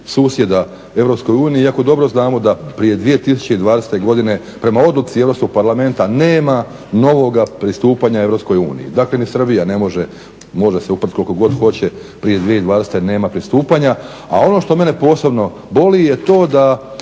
susjeda EU iako dobro znamo da prije 2020.godine prema odluci Europskog parlamenta nema novog pristupanja EU, može se upast koliko god hoće, prije 2020.nema pristupanja a ono što mene posebno boli je to da